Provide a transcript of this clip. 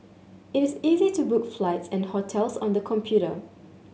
it is easy to book flights and hotels on the computer